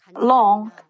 long